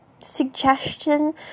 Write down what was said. suggestion